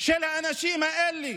של האנשים האלה